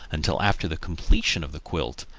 until after the completion of the quilt,